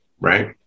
right